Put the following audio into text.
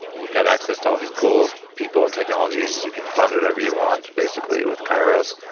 you've got access to all these cool people and technologies, as you can fund whatever you want basically with kairos.